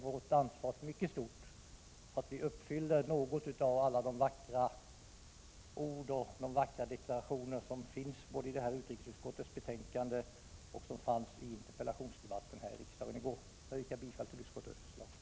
Vårt ansvar är mycket stort när det gäller att uppfylla några av alla de vackra deklarationer som görs i utrikesutskottets betänkande och som gjordes i interpellationsdebatten i går. Jag yrkar bifall till utskottets hemställan.